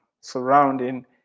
surrounding